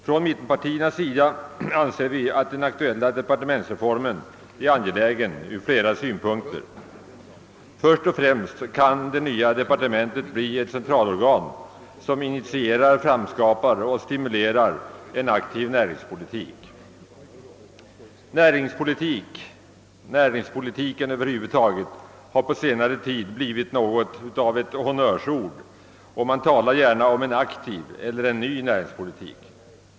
Från mittenpartiernas sida anser vi, att den aktuella departementsreformen är angelägen från flera synpunkter. Först och främst kan det nya departementet bli ett centralorgan, som initierar, framskapar och stimulerar en aktiv näringspolitik. Näringspolitiken över huvud taget har på senare tid blivit något av ett honnörsord, och man talar gärna om en aktiv eller en ny näringspolitik.